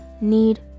need